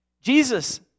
Jesus